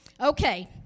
Okay